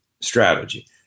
strategy